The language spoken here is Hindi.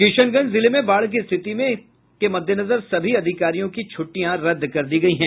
किशनगंज जिले में बाढ़ की स्थिति में मददेनजर सभी अधिकारियों की छुटिटयां रदद कर दी गयी हैं